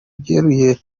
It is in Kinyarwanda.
byeruye